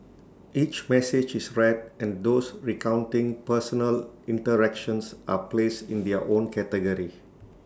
each message is read and those recounting personal interactions are placed in their own category